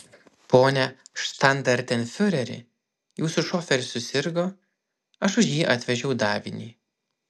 pone štandartenfiureri jūsų šoferis susirgo aš už jį atvežiau davinį